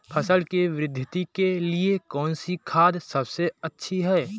फसल की वृद्धि के लिए कौनसी खाद सबसे अच्छी है?